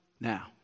now